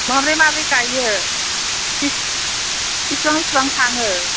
माबोरै माबोरै गायो बेसे बेसेबां बेसेबां थाङो